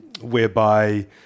whereby